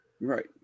Right